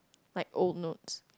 like old note